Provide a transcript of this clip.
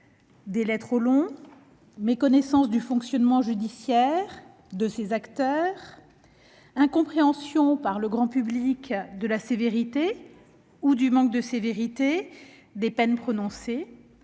délais trop longs ; méconnaissance du fonctionnement judiciaire et de ses acteurs ; incompréhension par le grand public de la sévérité, ou du manque de sévérité, des peines prononcées